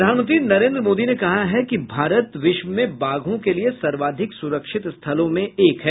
प्रधानमंत्री नरेन्द्र मोदी ने कहा है कि भारत विश्व में बाघों के लिए सर्वाधिक सुरक्षित स्थलों में एक है